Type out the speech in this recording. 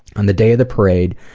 on the day of the parade,